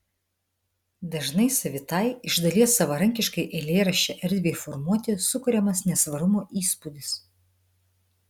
dažnai savitai iš dalies savarankiškai eilėraščio erdvei formuoti sukuriamas nesvarumo įspūdis